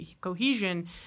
cohesion